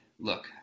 Look